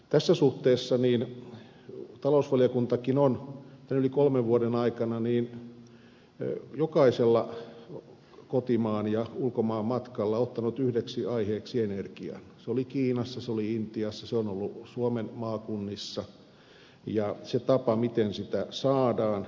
tässä suhteessa talousvaliokuntakin on tämän yli kolmen vuoden aikana jokaisella kotimaan ja ulkomaan matkalla ottanut yhdeksi aiheeksi energian se oli kiinassa se oli intiassa se on ollut suomen maakunnissa ja tavan miten sitä saadaan